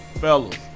Fellas